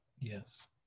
Yes